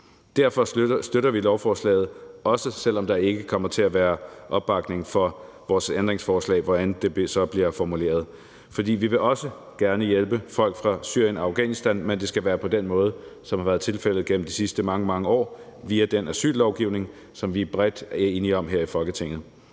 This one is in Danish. Derfor støtter vi lovforslaget, også selv om der ikke kommer til at være opbakning til vores ændringsforslag, hvordan det så end bliver formuleret. For vi vil også gerne hjælpe folk fra Syrien og Afghanistan, men det skal være på den måde, som det har været tilfældet igennem de sidste mange, mange år, via den asyllovgivning, som vi er bredt enige om her i Folketinget.